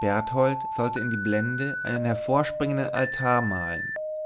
berthold sollte in die blende einen hervorspringenden altar malen